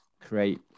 Create